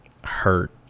Hurt